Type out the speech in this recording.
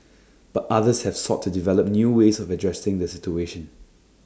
but others have sought to develop new ways of addressing the situation